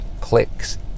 clicks